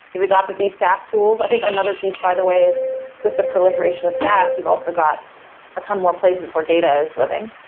you've adopted these saas tools. i think another piece by the way is with the proliferation of saas, you've also got a ton more places where data is living.